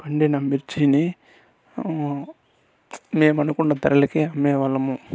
పండిన మిర్చిని మేమనుకున్న ధరలకే అమ్మేవాళ్ళము